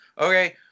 Okay